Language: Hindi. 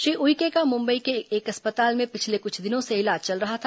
श्री उइके का मुंबई के एक अस्पताल में पिछले कुछ दिनों से इलाज चल रहा था